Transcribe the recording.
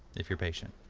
if you're patient.